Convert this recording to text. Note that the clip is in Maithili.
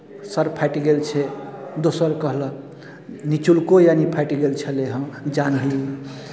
सर फाटि गेल छै दोसर कहलक निचुलको यानि फाटि गेल छलै हँ जान हली